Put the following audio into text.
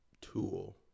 tool